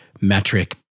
metric